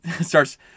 starts